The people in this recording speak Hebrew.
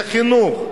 זה חינוך.